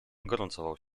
gorącował